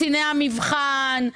קציני מבחן,